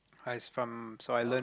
I was from so I learnt